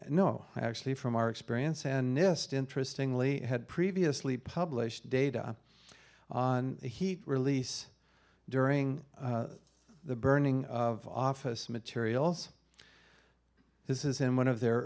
and no actually from our experience and nist interesting lee had previously published data on the heat release during the burning of office materials this is in one of their